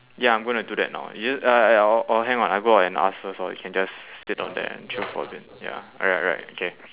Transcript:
ya I'm going to do that now you just uh I or or hang on I go out and ask first lor you can just sit down there and chill for a bit ya alright alright okay